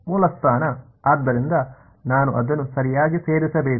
ಮೂಲಸ್ಥಾನ ಆದ್ದರಿಂದ ನಾನು ಅದನ್ನು ಸರಿಯಾಗಿ ಸೇರಿಸಬೇಕು